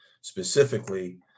specifically